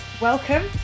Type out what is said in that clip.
Welcome